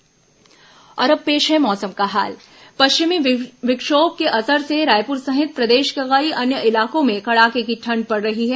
मौसम और अब पेश है मौसम का हाल पश्चिमी विक्षोभ के असर से रायपुर सहित प्रदेश के कई अन्य इलाकों में कड़ाके की ठंड पड़ रही है